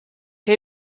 che